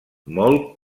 molt